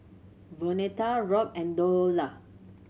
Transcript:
Vonetta Rock and Dorla